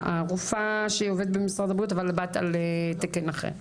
הרופאה שעובדת במשרד הבריאות אבל באמת על תקן אחר,